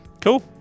Cool